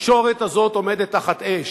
התקשורת הזאת עומדת תחת אש,